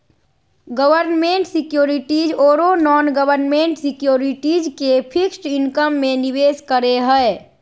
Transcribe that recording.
government securities ओरो non government securities के fixed income में निवेश करे हइ